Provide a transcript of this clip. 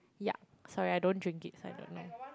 yuck sorry I don't drink it so I don't know